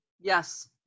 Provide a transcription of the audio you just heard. Yes